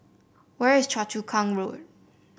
where is Choa Chu Kang Road